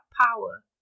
power